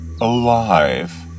alive